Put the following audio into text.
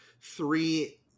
three